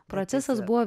procesas buvo